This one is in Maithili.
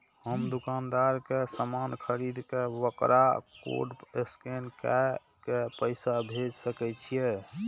हम दुकानदार के समान खरीद के वकरा कोड स्कैन काय के पैसा भेज सके छिए?